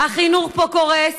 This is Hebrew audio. החינוך פה קורס,